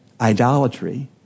idolatry